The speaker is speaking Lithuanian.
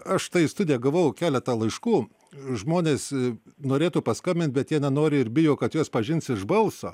aš štai į studiją gavau keletą laiškų žmonės norėtų paskambint bet jie nenori ir bijo kad juos pažins iš balso